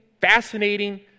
fascinating